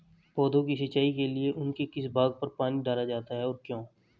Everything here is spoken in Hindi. पौधों की सिंचाई के लिए उनके किस भाग पर पानी डाला जाता है और क्यों?